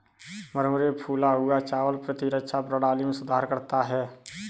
मुरमुरे फूला हुआ चावल प्रतिरक्षा प्रणाली में सुधार करता है